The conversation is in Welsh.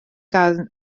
gan